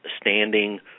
standing